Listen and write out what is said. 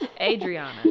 adriana